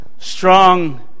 Strong